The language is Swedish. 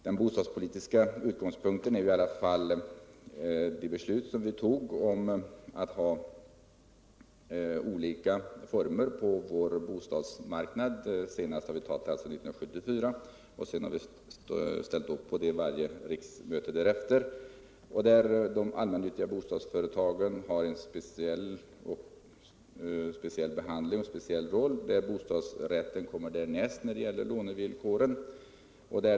Den bostadspolitiska utgångspunkten är det beslut vi fattade om att ha olika boendeformer på vår bostadsmarknad. Senast vi fattade ett sådant beslut var år 1974, och därefter har vi slutit upp bakom detta vid varje riksmöte. I detta beslut har de allmännyttiga bostadsföretagen fätt en speciell behandling, t.ex. i vad avser lånevillkor, och spelar en speciell roll. Bostadsrätten kommer därnäst när det gäller lånevillkoren.